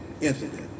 incident